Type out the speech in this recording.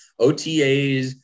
OTAs